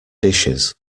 dishes